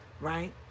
right